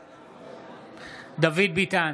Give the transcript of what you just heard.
בעד דוד ביטן,